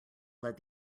led